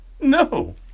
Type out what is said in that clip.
No